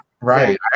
Right